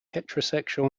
heterosexual